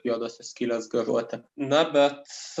juodosios skylės garuoti na bet